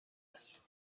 است